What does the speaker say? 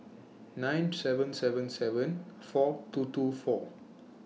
nine seven seven seven four two two four